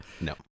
No